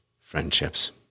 friendships